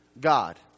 God